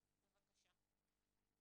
בבקשה.